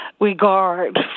regard